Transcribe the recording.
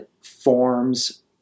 forms